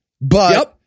but-